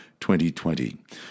2020